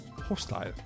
hostile